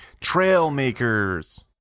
Trailmakers